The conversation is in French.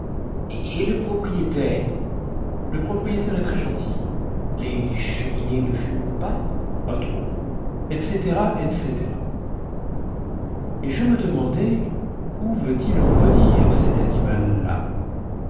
et le propriétaire le propriétaire est très gentil les cheminées ne fument pas pas trop etc etc et je me demandais où veut-il en venir cet animal-là